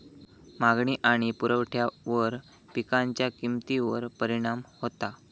मागणी आणि पुरवठ्यावर पिकांच्या किमतीवर परिणाम होता